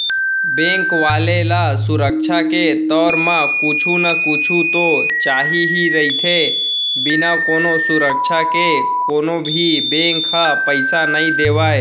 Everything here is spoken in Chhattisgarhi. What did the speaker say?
बेंक वाले ल सुरक्छा के तौर म कुछु न कुछु तो चाही ही रहिथे, बिना कोनो सुरक्छा के कोनो भी बेंक ह पइसा नइ देवय